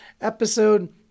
episode